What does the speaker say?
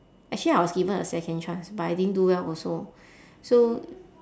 actually I was given a second chance but I didn't do well also so